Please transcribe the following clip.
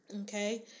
okay